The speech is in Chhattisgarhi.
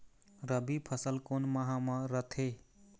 रबी फसल कोन माह म रथे?